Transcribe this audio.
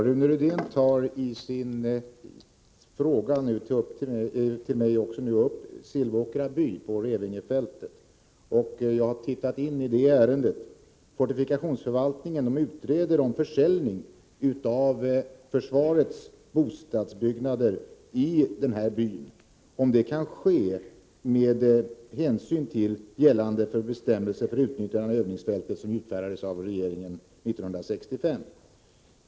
Herr talman! Rune Rydén tar här även upp frågan om Silvåkra by på Revingefältet. Jag har tittat på det ärendet. När det gäller frågan om en försäljning av försvarets bostadsbyggnader i den här byn kan jag säga att fortifikationsförvaltningen f. n. utreder om en sådan kan ske med hänsyn till gällande bestämmelser för utnyttjande av övningsfältet, vilka utfärdades av regeringen 1965.